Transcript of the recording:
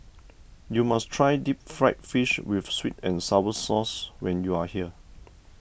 you must try Deep Fried Fish with Sweet and Sour Sauce when you are here